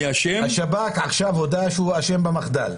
השב"כ עכשיו הודה שהוא אשם במחדל.